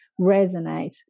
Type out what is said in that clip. resonate